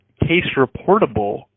case-reportable